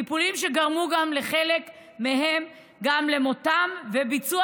טיפולים שגרמו לחלק מהם גם למותם וביצוע